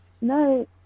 no